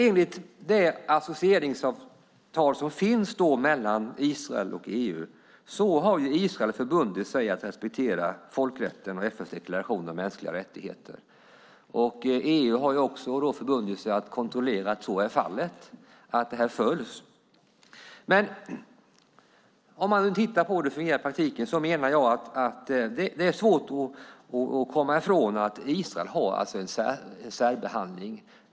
Enligt det associeringsavtal som finns mellan Israel och EU har Israel förbundit sig att respektera folkrätten och FN:s deklaration om mänskliga rättigheter. EU har också förbundit sig att kontrollera att så är fallet och att det här följs. Om man tittar på hur det fungerar i praktiken menar jag att det är svårt att komma ifrån att Israel får en särbehandling.